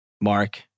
Mark